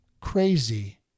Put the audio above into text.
crazy